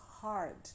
hard